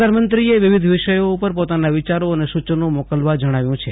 પ્રધાનમંત્રીએ વિવિધ વિષયો ઉપર પોતાના વિચારો અને સૂચનો મોકલવા જજ્ઞાવ્યું છે